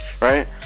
right